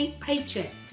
paycheck